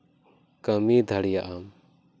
ᱠᱟᱹᱢᱤ ᱫᱟᱲᱮᱭᱟᱜᱼᱟᱢ